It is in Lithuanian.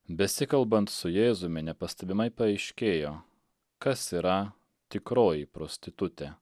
besikalbant su jėzumi nepastebimai paaiškėjo kas yra tikroji prostitutė